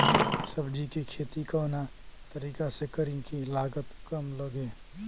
सब्जी के खेती कवना तरीका से करी की लागत काम लगे?